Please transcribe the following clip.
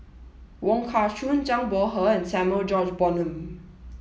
Wong Kah Chun Zhang Bohe and Samuel George Bonham